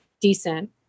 decent